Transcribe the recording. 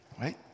right